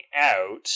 out